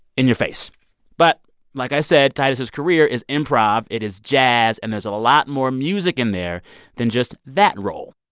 in your face but like i said, tituss' career is improv. it is jazz. and there's a lot more music in there than just that role.